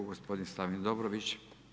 Gospodin Slaven Dobrović.